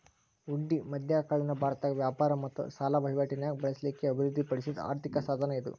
ಹುಂಡಿ ಮಧ್ಯಕಾಲೇನ ಭಾರತದಾಗ ವ್ಯಾಪಾರ ಮತ್ತ ಸಾಲ ವಹಿವಾಟಿ ನ್ಯಾಗ ಬಳಸ್ಲಿಕ್ಕೆ ಅಭಿವೃದ್ಧಿ ಪಡಿಸಿದ್ ಆರ್ಥಿಕ ಸಾಧನ ಇದು